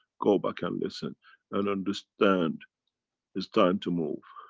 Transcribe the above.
go back and listen and understand it's time to move.